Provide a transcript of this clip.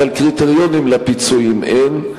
אבל קריטריונים לפיצוי אין,